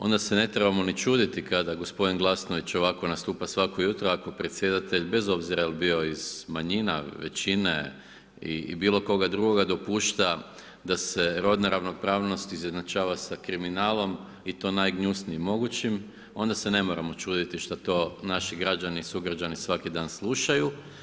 Onda se ne trebamo ni čuditi kada gospodin Glasnović ovako nastupa svako jutro ako predsjedatelj bez obzira je li bio iz manjina, većine i bilo koga drugoga dopušta da se rodna ravnopravnost izjednačava sa kriminalnom i to najgnjusnijim mogućim, onda se ne moramo čuditi šta to naši građani, sugrađani svaki dan slušaju.